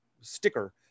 sticker